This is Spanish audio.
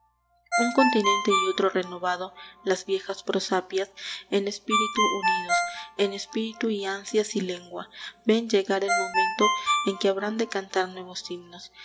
un continente y otro renovando las viejas prosapias en espíritu unidos en espíritu y ansias y lengua ven llegar el momento en que habrán de cantar nuevos himnos